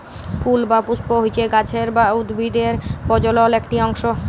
ফুল বা পুস্প হচ্যে গাছের বা উদ্ভিদের প্রজলন একটি অংশ